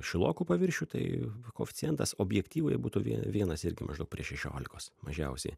šilokų paviršių tai koeficientas objektyvai būtų vie vienas irgi maždaug prieš šešiolikos mažiausiai